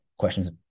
questions